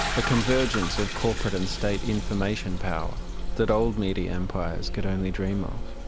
a convergence of corporate and state information power that old media empires could only dream of.